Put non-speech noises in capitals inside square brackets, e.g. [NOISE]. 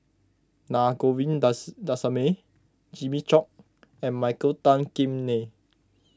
Na [UNINTELLIGIBLE] Jimmy Chok and Michael Tan Kim Nei